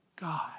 God